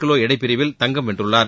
kilo எடைப் பிரிவில் தங்கம் வென்றுள்ளார்